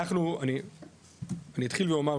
אני אתחיל ואומר,